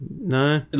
No